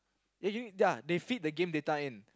then you ya they feed the game data in